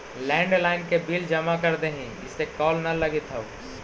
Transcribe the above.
landline के bill जमा कर देहीं, इसे कॉल न लगित हउ